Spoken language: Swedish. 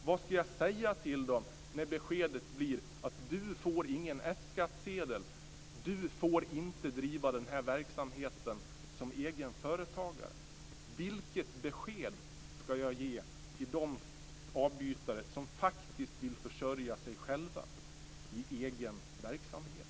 Vad skall jag säga till dem när beskedet blir att de inte får någon F-skattsedel och inte får driva den här verksamheten som egen företagare? Vilket besked skall jag ge till de avbytare som vill försörja sig själva i en egen verksamhet?